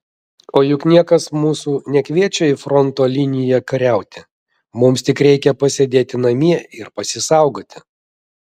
o juk niekas mūsų nekviečia į fronto liniją kariauti mums tik reikia pasėdėti namie ir pasisaugoti